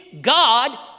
God